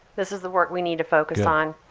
this is the work we need to focus on.